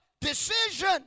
Decision